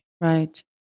right